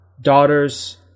Daughters